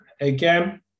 again